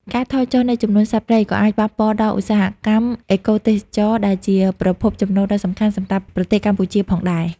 ការថយចុះនៃចំនួនសត្វព្រៃក៏អាចប៉ះពាល់ដល់ ឧស្សាហកម្មអេកូទេសចរណ៍ ដែលជាប្រភពចំណូលដ៏សំខាន់សម្រាប់ប្រទេសកម្ពុជាផងដែរ។